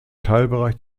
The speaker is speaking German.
teilbereich